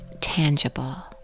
tangible